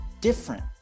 different